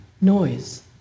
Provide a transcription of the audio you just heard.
noise